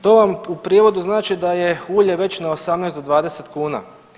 To vam u prijevodu znači da je ulje već na 18 do 20 kuna.